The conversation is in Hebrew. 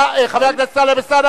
חבר הכנסת טלב אלסאנע,